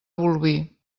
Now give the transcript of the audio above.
bolvir